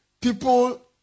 people